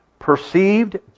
Perceived